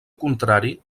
contrari